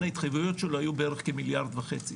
ההתחייבויות שלו היו בערך כמיליארד וחצי,